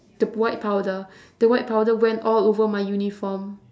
the white powder the white powder went all over my uniform